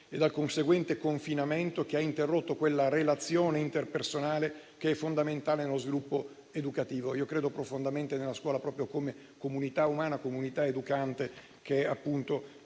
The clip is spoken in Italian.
e dal conseguente confinamento che ha interrotto la relazione interpersonale, che è fondamentale nello sviluppo educativo. Credo profondamente nella scuola proprio come comunità umana ed educante, che appunto